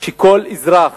כדי שכל אזרח